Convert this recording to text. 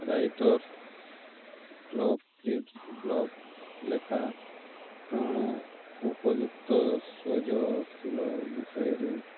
writers club କ୍ରିଡ଼ block ଲେଖା ଉପଯୁକ୍ତ ସଜଶୀଳ ବିଷୟରେ